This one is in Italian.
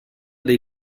dei